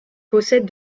possède